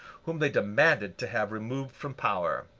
whom they demanded to have removed from power.